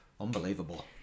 Unbelievable